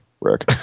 Rick